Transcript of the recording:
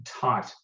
tight